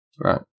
Right